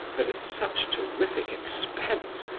but at such terrific expense,